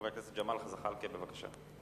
חבר הכנסת ג'מאל זחאלקה, בבקשה.